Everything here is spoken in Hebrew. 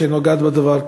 שנוגעת בדבר,